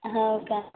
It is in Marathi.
हो का